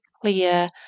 clear